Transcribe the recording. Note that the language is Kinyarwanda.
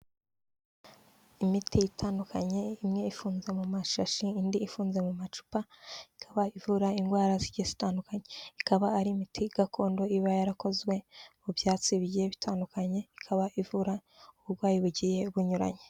Imiti itandukanye imwe ifunze mu mashashi indi ifunze mu macupa ikaba ivura indwara zitandukanye ikaba ari imiti gakondo iba yarakozwe mu byatsi bigiye bitandukanye, ikaba ivura uburwayi bugiye bunyuranye.